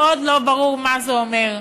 מאוד לא ברור מה זה אומר.